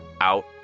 out